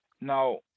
Now